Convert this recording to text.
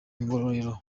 ngororero